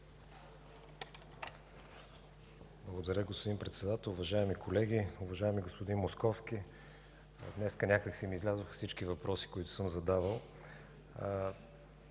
Благодаря, господин Председател. Уважаеми колеги, уважаеми господин Московски! Днес някак си ми излязоха всички въпроси, които съм задавал.